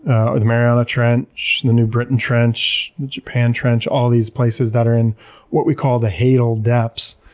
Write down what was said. ah ah the mariana trench, the new britain trench, the japan trench, all these places that are in what we call the hadal depths,